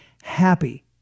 happy